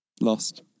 Lost